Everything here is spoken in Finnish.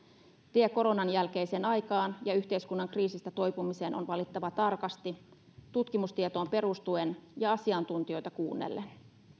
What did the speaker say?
tie koronan jälkeiseen aikaan ja yhteiskunnan kriisistä toipumiseen on valittava tarkasti tutkimustietoon perustuen ja asiantuntijoita kuunnellen